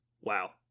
Wow